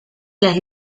las